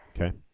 Okay